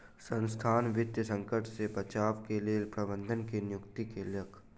संसथान वित्तीय संकट से बचाव के लेल प्रबंधक के नियुक्ति केलक